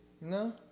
No